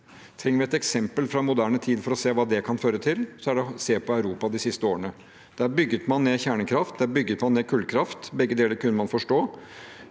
Trenger vi et eksempel fra moderne tid for å se hva det kan føre til, kan man se på Europa de siste årene. Der bygget man ned kjernekraft, og man bygget ned kullkraft. Begge deler kunne man forstå,